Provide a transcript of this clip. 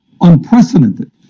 unprecedented